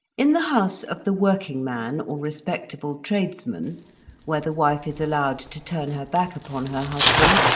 in the house of the working man or respectable tradesman where the wife is allowed to turn her back upon her husband,